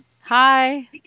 Hi